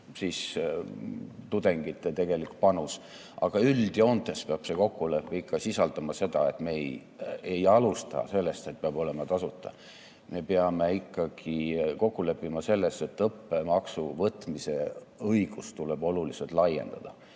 tudengite tegelik panus. Aga üldjoontes peab see kokkulepe ikka sisaldama seda, et me ei alusta sellest, et peab olema tasuta. Me peame ikkagi kokku leppima selles, et õppemaksu võtmise õigust tuleb oluliselt laiendada.